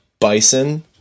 bison